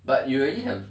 but you already have